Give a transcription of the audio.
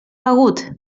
begut